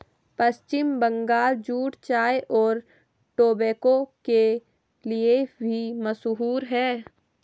पश्चिम Bangal jute चाय और tobacco के लिए भी मशहूर है